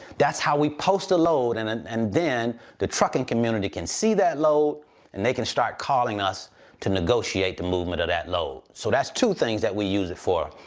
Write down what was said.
that's how we post a load and and and then the trucking community can see that load and they can start calling us to negotiate the movement of that load. so that's two things that we use it for.